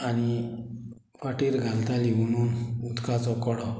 आनी फाटीर घालताली म्हणून उदकाचो कडो